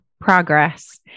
progress